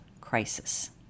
crisis